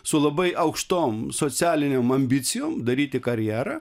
su labai aukštom socialinėm ambicijom daryti karjerą